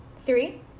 Three